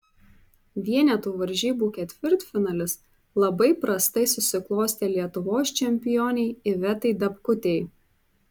vienetų varžybų ketvirtfinalis labai prastai susiklostė lietuvos čempionei ivetai dapkutei